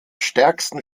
stärksten